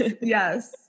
Yes